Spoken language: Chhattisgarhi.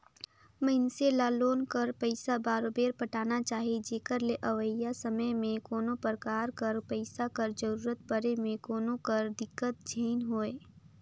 मइनसे ल लोन कर पइसा बरोबेर पटाना चाही जेकर ले अवइया समे में कोनो परकार कर पइसा कर जरूरत परे में कोनो कर दिक्कत झेइन होए